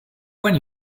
when